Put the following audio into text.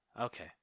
okay